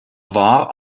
war